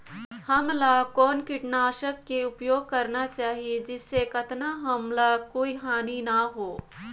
हमला कौन किटनाशक के उपयोग करन चाही जिसे कतना हमला कोई हानि न हो?